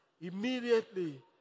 immediately